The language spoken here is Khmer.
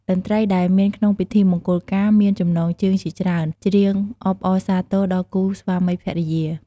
តន្រី្តដែលមានក្នុងពិធីមង្គលការមានចំណងជើងជាច្រើន ច្រៀងអបអរសាទរដល់គូស្វាមីភរិយា។